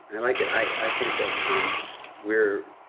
i like it. i think that um we're.